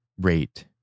rate